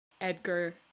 Edgar